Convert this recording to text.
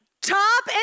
Top